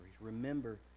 remember